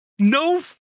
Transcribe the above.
No